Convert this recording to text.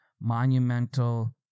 monumental